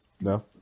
No